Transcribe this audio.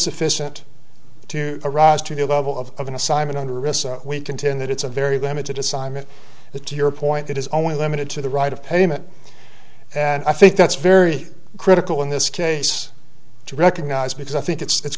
sufficient to arise to the level of an assignment under risk we contend that it's a very limited assignment the to your point it is only limited to the right of payment and i think that's very critical in this case to recognize because i think it's